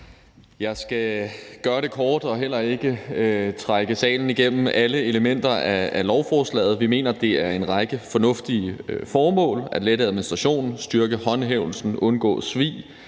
Jeg skal gøre det kort og heller ikke trække salen igennem alle elementerne i lovforslaget. Vi mener, det er en række fornuftige formål at lette administrationen, styrke håndhævelsen, undgå svig